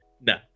No